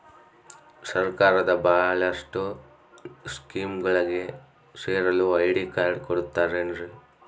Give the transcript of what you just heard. ಸರ್ಕಾರದ ಬಹಳಷ್ಟು ಸ್ಕೇಮುಗಳಿಗೆ ಸೇರಲು ಐ.ಡಿ ಕಾರ್ಡ್ ಕೊಡುತ್ತಾರೇನ್ರಿ?